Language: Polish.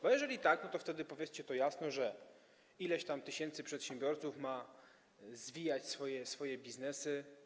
Bo jeżeli tak, to wtedy powiedzcie to jasno: ileś tam tysięcy przedsiębiorców ma zwijać swoje biznesy.